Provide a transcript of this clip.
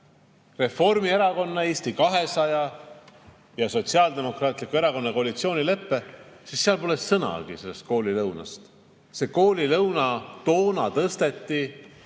Reformierakonna, Eesti 200 ja Sotsiaaldemokraatliku Erakonna koalitsioonileppe, siis seal pole sõnagi koolilõunast. Koolilõuna [toetust]